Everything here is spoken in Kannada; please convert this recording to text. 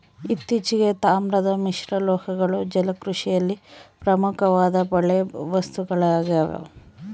ಇತ್ತೀಚೆಗೆ, ತಾಮ್ರದ ಮಿಶ್ರಲೋಹಗಳು ಜಲಕೃಷಿಯಲ್ಲಿ ಪ್ರಮುಖವಾದ ಬಲೆ ವಸ್ತುಗಳಾಗ್ಯವ